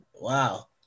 Wow